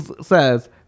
says